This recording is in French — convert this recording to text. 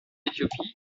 éthiopie